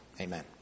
Amen